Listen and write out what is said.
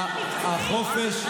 החופש,